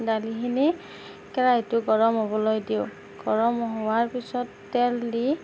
দালিখিনি কেৰাহীটো গৰম হ'বলৈ দিওঁ গৰম হোৱাৰ পিছত তেল দি